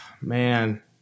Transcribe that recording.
man